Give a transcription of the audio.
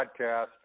podcast